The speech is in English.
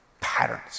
patterns